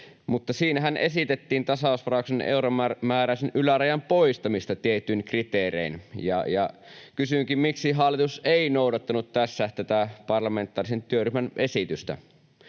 siinähän esitettiin tasausvarauksen euromääräisen ylärajan poistamista tietyin kriteerein. Kysynkin, miksi hallitus ei noudattanut tässä tätä parlamentaarisen työryhmän esitystä.